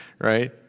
right